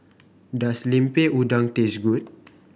does Lemper Udang taste good